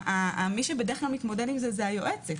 מי שבדרך כלל מתמודד עם זה, זה היועצת,